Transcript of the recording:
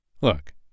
Look